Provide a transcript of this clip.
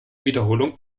wiederholung